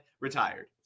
retired